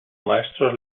maestros